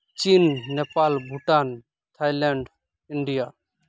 ᱪᱤᱱ Nepal Bhutan Thailand India